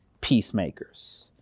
peacemakers